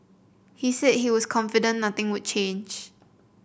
he said he was confident nothing would change